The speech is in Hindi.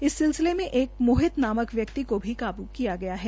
इस सिलसिले में एक मोहित नामक व्यक्ति को भी काबू किया गया है